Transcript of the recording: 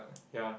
ya